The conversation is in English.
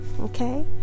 okay